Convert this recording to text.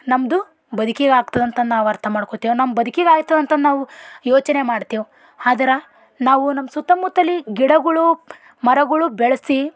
ನಮ್ಮದು ಬದುಕಿಗೆ ಆಗ್ತದಂತ ನಾವು ಅರ್ಥ ಮಾಡ್ಕೊತೇವೆ ನಮ್ಮ ಬದುಕಿಗೆ ಆಯಿತು ಅಂತ ನಾವು ಯೋಚನೆ ಮಾಡ್ತೇವೆ ಆದ್ರೆ ನಾವು ನಮ್ಮ ಸುತ್ತಮುತ್ತಲು ಗಿಡಗಳು ಮರಗಳು ಬೆಳೆಸಿ